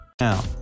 Now